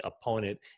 opponent